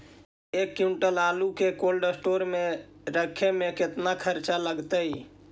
एक क्विंटल आलू के कोल्ड अस्टोर मे रखे मे केतना खरचा लगतइ?